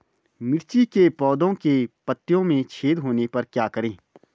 मिर्ची के पौधों के पत्तियों में छेद होने पर क्या करें?